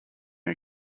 are